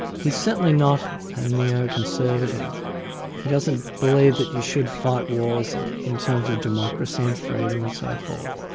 he's certainly not a neo-conservative he doesn't believe that you should fight wars in in terms of democracy and freedom and so forth.